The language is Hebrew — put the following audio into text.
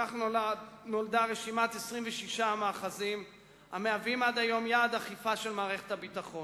כך נולדה רשימת 26 המאחזים המהווים עד היום יעד אכיפה של מערכת הביטחון.